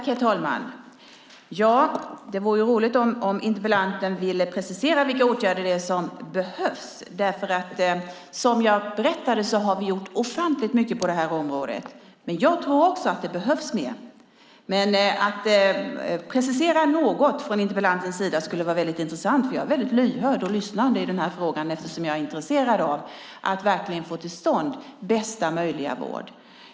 Herr talman! Det vore roligt om interpellanten ville precisera vilka åtgärder det är som behövs, för som jag berättade har vi gjort ofantligt mycket på detta område. Jag tror också att det behövs mer, men det skulle vara väldigt intressant om interpellanten preciserade något. Jag är nämligen väldigt lyhörd och lyssnande i denna fråga eftersom jag är intresserad av att få till stånd bästa möjliga vård.